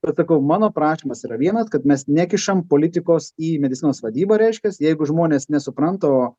bet sakau mano prašymas yra vienas kad mes nekišam politikos į medicinos vadybą reiškias jeigu žmonės nesupranta o